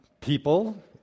people